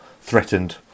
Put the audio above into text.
threatened